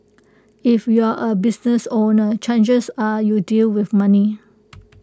if you're A business owner chances are you deal with money